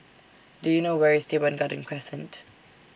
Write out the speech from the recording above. Do YOU know Where IS Teban Garden Crescent